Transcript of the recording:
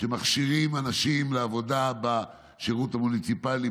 שמכשירים אנשים לעבודה בשירות המוניציפלי,